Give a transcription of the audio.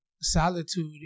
Solitude